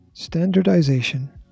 Standardization